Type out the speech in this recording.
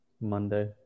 Monday